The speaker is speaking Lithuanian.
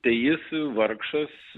tai jis vargšas